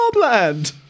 farmland